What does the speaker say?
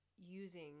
using